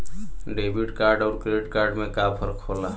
Debit card अउर credit card में का फर्क होला?